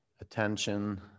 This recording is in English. attention